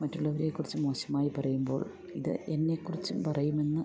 മറ്റുള്ളവരെ കുറിച്ച് മോശമായി പറയുമ്പോൾ ഇത് എന്നെ കുറിച്ചും പറയുമെന്ന്